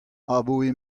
abaoe